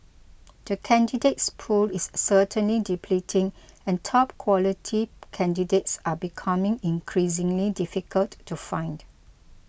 the candidates pool is certainly depleting and top quality candidates are becoming increasingly difficult to find